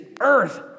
earth